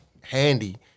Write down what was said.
handy